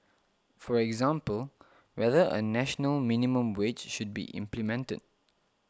for example whether a national minimum wage should be implemented